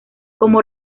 como